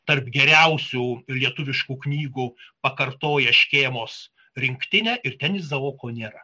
tarp geriausių lietuviškų knygų pakartoja škėmos rinktinę ir ten izaoko nėra